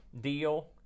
deal